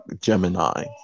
Gemini